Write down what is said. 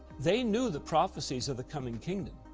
they knew the prophecies of the coming kingdom.